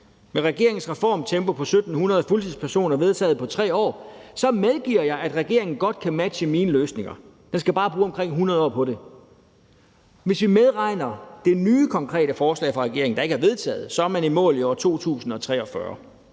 Med regeringens reformtempo på 1.700 fuldtidspersoner på 3 år vedtaget medgiver jeg, at regeringen godt kan matche mine løsninger. Den skal bare bruge omkring 100 år på det. Hvis vi medregner det nye konkrete forslag fra regeringen, der ikke er vedtaget, er man i mål i år 2043.